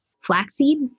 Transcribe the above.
flaxseed